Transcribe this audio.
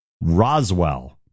Roswell